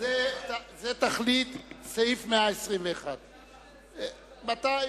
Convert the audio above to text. זו תכלית סעיף 121. מתי?